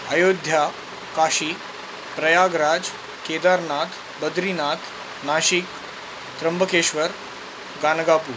Ayodhya Kashi Prayagraj Kedarnath Badrinath Nashik Trimbakeshwar Ganagapur